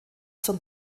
zum